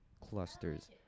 clusters